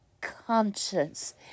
conscience